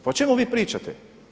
Pa o čemu vi pričate?